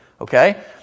Okay